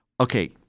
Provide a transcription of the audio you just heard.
okay